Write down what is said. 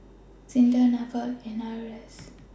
SINDA Nafa and IRAS